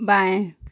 बाएँ